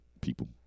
people